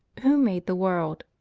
who made the world?